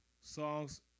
songs